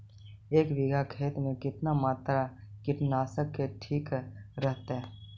एक बीघा खेत में कितना मात्रा कीटनाशक के ठिक रहतय?